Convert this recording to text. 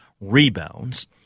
rebounds